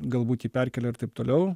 galbūt jį perkelia ir taip toliau